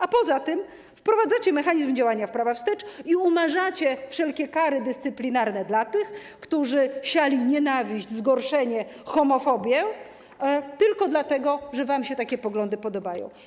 A poza tym wprowadzacie mechanizm działania prawa wstecz i umarzacie wszelkie kary dyscyplinarne dla tych, którzy siali nienawiść, zgorszenie, homofobię, tylko dlatego, że wam się takie poglądy podobają.